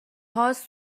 هاست